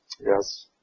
Yes